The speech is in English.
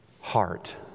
heart